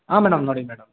ಹಾಂ ಮೇಡಮ್ ನೋಡಿ ಮೇಡಮ್ ನೋಡಿ